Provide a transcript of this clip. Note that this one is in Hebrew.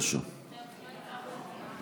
התוכנית הזאת,